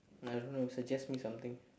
I don't know suggest me something